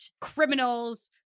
criminal's